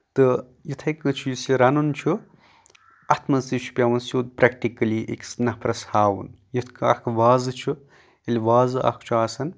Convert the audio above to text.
تہٕ ییٚتھٕے کٲٹھۍ یُس یہِ رَنُن چھُ اَتھ منٛز تہِ چھُ پیٚوان سیوٚد پریکِٹکلی أکِس نَفرَس ہاوُن یِتھ کَنۍ اکھ وازٕ چھُ ییٚلہِ وازٕ اکھ چھُ آسان